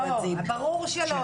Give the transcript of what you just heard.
ברור שלא,